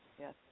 yes